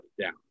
down